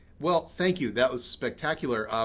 well, thank you. that was spectacular.